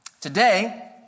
Today